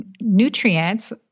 nutrients